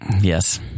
Yes